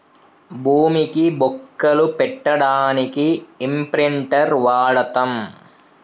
భూమికి బొక్కలు పెట్టడానికి ఇంప్రింటర్ వాడతం